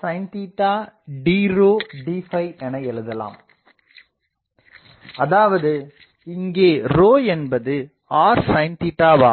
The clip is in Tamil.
sin d d எனஎழுதலாம் அதாவது இங்கேஎன்பது r sin ஆகும்